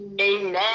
Amen